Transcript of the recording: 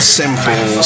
simple